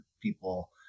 people